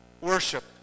Worship